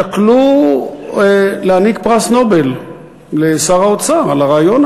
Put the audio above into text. שקלו להעניק פרס נובל לשר האוצר על הרעיון,